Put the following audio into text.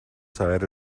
saber